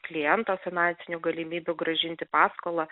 kliento finansinių galimybių grąžinti paskolą